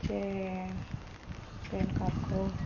ᱥᱮ PAN card ᱠᱚ